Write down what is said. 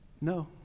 no